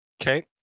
Okay